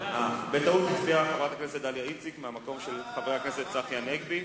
בטעות הצביעה חברת הכנסת דליה איציק מהמקום של חבר הכנסת צחי הנגבי.